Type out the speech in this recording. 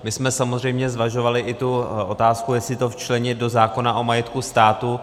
My jsme samozřejmě zvažovali i tu otázku, jestli to včlenit do zákona o majetku státu.